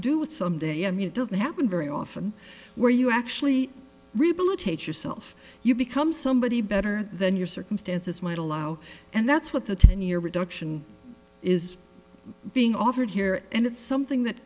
it some day i mean it doesn't happen very often where you actually rehabilitate yourself you become somebody better than your circumstances might allow and that's what the ten year reduction is being offered here and it's something that